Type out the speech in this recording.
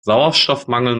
sauerstoffmangel